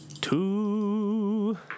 two